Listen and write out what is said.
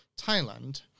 Thailand